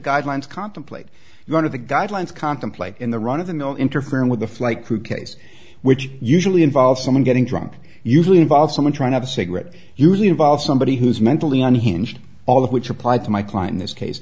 guidelines contemplate you under the guidelines contemplate in the run of the mill interfering with a flight crew case which usually involves someone getting drunk usually involves someone trying up a cigarette it usually involves somebody who is mentally unhinged all of which apply to my client in this case